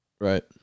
Right